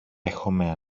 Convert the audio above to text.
έχομε